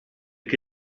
che